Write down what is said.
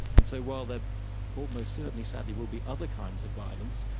and so while there almost certainly sadly will be other kinds of violence,